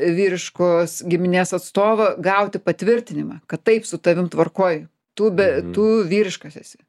vyriškos giminės atstovo gauti patvirtinimą kad taip su tavim tvarkoj tu be tu vyriškas esi